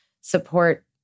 support